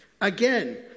again